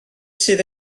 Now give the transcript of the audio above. sydd